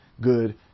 good